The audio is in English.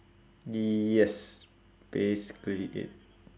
yes basically it